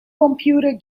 computer